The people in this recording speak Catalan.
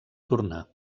tornar